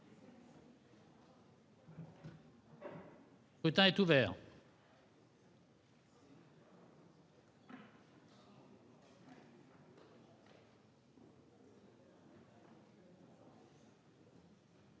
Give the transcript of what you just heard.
Le scrutin est ouvert.